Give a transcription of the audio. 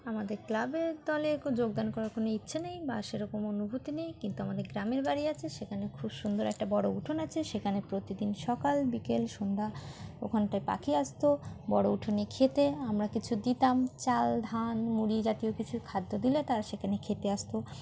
আমাদের ক্লাবের দলেু যোগদান করার কোনো ইচ্ছে নেই বা সেরকম অনুভূতি নেই কিন্তু আমাদের গ্রামের বাড়ি আছে সেখানে খুব সুন্দর একটা বড়ো উঠোন আছে সেখানে প্রতিদিন সকাল বিকেল সন্ধ্যা ওখানটায় পাখি আসতো বড় উঠোনে খেতে আমরা কিছু দিতাম চাল ধান মুড়ি জাতীয় কিছু খাদ্য দিলে তারা সেখানে খেতে আসতো